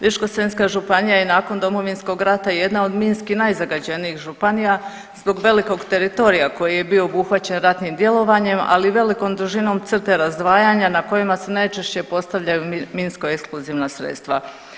Ličko-senjska županija je nakon Domovinskog rata jedna od minski najzagađenijih županija zbog velikog teritorija koji je bio obuhvaćen ratnim djelovanjem, ali i velikom dužinom crte razdvajanja na kojima se najčešće postavljaju minsko eksplozivna sredstva.